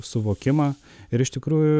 suvokimą ir iš tikrųjų